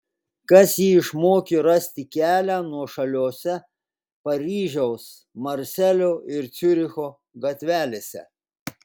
kas jį išmokė rasti kelią nuošaliose paryžiaus marselio ir ciuricho gatvelėse